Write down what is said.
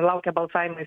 laukia balsavimai